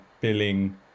Billing